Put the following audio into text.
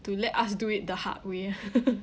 to let us do it the hard way